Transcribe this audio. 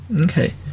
okay